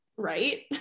right